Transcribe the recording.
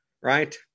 right